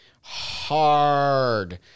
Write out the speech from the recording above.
Hard